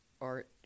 art